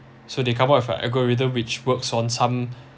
so they come up with an algorithm which works on some